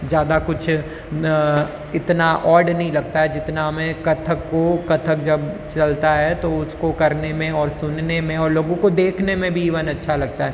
ज़्यादा कुछ इतना ऑड नहीं लगता है जितना हमें कथक को कथक जब चलता है तो उसको करने में और सुनने में लोगों को देखने में भी ईवन अच्छा लगता है